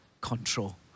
control